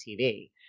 TV